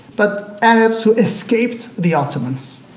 but arabs who escaped the ottomans.